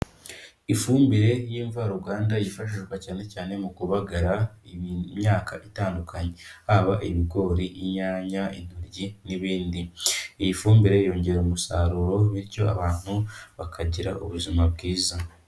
Ifumbire y'imvaruganda yifashishwa cyane cyane mu kubagara imyaka itandukanye, haba ibigori, inyanya, intoryi n'ibindi, iyi fumbire yongera umusaruro bityo abantu bakagira ubuzima bwiza.